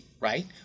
right